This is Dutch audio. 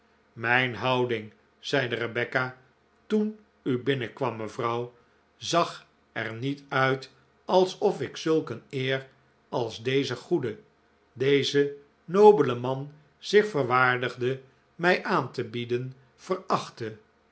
mijn houding zeide rebecca toen u binnenkwam mevrouw zag er niet uit alsof ik zulk een eer als deze goede deze nobele man zich verwaardigde mij aan te bieden